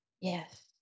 Yes